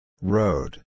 Road